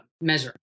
measure